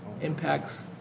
impacts